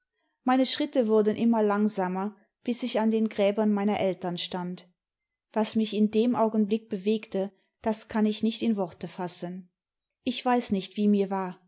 meine schritte wurden immer langsamer bis ich an den gräbern meiner eltern stand was mich in dem augenblick bewegte das kann ich nicht in worte fasseil idi weiß nicht wie mir war